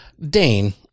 Dane